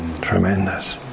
Tremendous